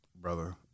brother